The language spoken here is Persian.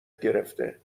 گرفته